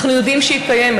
אנחנו יודעים שהיא קיימת.